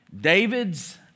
David's